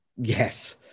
Yes